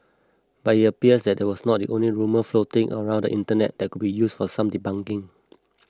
but it appears that was not the only rumour floating around the Internet that could use for some debunking